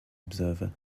observer